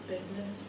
business